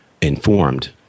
informed